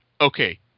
okay